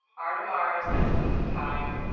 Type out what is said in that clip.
ah audemars that's losing time.